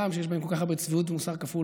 שגם בהם יש כל כך הרבה צביעות ומוסר כפול,